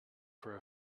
for